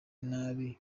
nabi